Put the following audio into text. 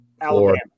Alabama